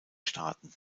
staaten